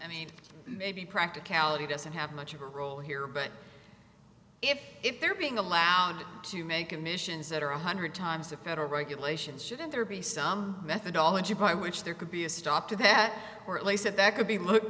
i mean maybe practicality doesn't have much of a role here but if if they're being allowed to make commissions that are a one hundred times a federal regulation shouldn't there be some methodology by which there could be a stop to that or at least at that could be looked